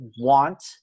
want